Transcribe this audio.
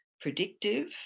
predictive